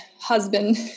husband